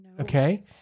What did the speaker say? Okay